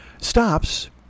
Stops